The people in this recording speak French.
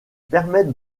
permettent